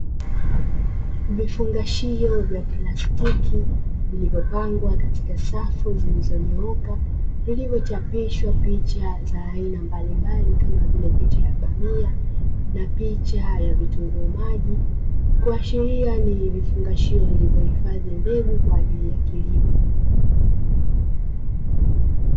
Vifungashio vya plastiki vilivopangwa katika safu zilizonyooka, vilivochapishwa picha za aina mbalimbali kama vile picha ya bamia, na picha ya vitunguu maji. Kuashiria ni vifungashio vilivohifadhi mbegu kwa ajili ya kilimo.